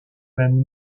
même